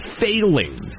failings